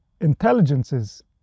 intelligences